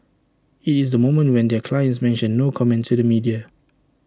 IT is the moment when their clients mention no comment to the media